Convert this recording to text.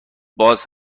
باز